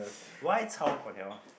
why